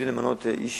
שוקדים למנות איש